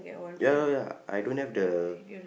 ya ya ya I don't have the